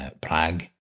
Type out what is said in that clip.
Prague